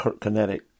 kinetic